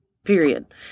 Period